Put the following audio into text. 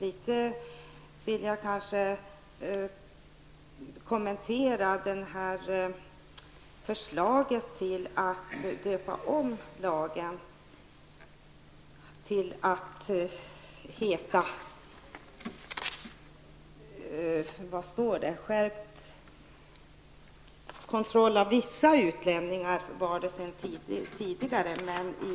Jag vill något kommentera förslaget till namn på lagen. Tidigare var det fråga om ''skärpt kontroll av vissa utlänningar''.